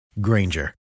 Granger